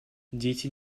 дети